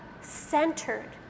centered